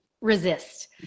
resist